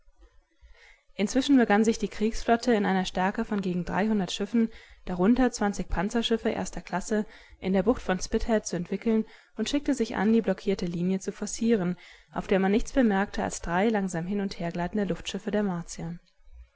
inzwischen begann sich die kriegsflotte in einer stärke von gegen dreihundert schiffen darunter zwanzig panzerschiffe erster klasse in der bucht von spithead zu entwickeln und schickte sich an die blockierte linie zu forcieren auf der man nichts bemerkte als drei langsam hin und hergleitende luftschiffe der